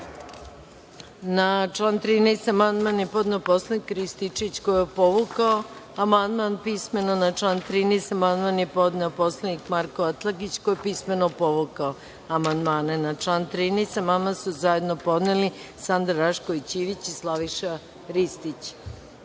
Na član 13. amandman je podneo poslanik Rističević, koji je povukao amandman pismeno. Na član 13. amandman je podneo poslanik Marko Atlagić, koji je pismeno povukao amandmane. Na član 13. amandman su zajedno podneli Sandra Rašković Ivić i Slaviša Ristić. Reč